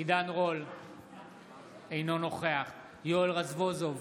אינו נוכח יואל רזבוזוב,